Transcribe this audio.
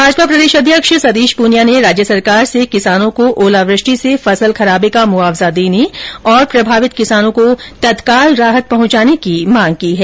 भाजपा प्रदेशाध्यक्ष सतीश पूनिया ने राज्य सरकार से किसानों को ओलावृष्टि से फसल खराबे का मुआवजा देने और प्रभावित ें किसानों को तत्काल राहत पहुंचाने की मांग की है